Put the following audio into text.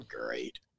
great